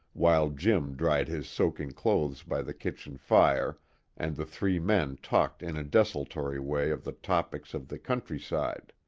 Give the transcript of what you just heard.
while jim dried his soaking clothes by the kitchen fire and the three men talked in a desultory way of the topics of the countryside.